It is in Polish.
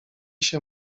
się